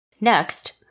Next